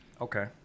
Okay